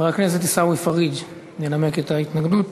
חבר הכנסת עיסאווי פריג' ינמק את ההתנגדות.